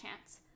chance